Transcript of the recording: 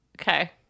Okay